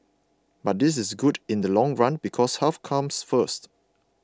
but this is good in the long run because health comes first